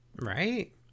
Right